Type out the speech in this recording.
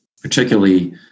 particularly